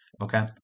okay